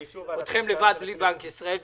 אתכם לבד בלי בנק ישראל,